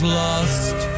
lost